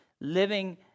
living